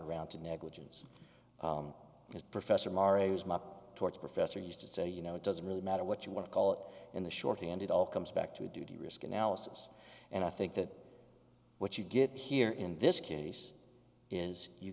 around to negligence as professor mario tores professor used to say you know it doesn't really matter what you want to call it in the short handed all comes back to a duty risk analysis and i think that what you get here in this case is you